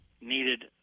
needed